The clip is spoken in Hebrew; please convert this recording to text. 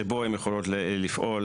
שבו הן יכולות לפעול,